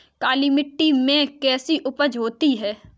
काली मिट्टी में कैसी उपज होती है?